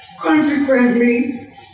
Consequently